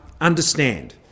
understand